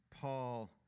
Paul